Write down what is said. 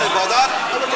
לא, לא רוצה.